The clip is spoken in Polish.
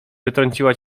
wytrąciła